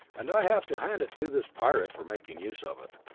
and i have to hand it to this pirate for making use of it.